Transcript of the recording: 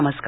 नमस्कार